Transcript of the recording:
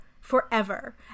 forever